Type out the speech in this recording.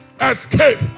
escape